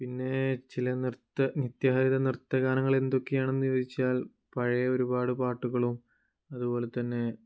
പിന്നേ ചില നൃത്ത നിത്യഹരിത നൃത്ത ഗാനങ്ങൾ എന്തൊക്കെയാണെന്ന് ചോദിച്ചാൽ പഴയ ഒരുപാട് പാട്ടുകളും അതുപോലെ തന്നെ